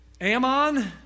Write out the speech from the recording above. Ammon